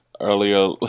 Earlier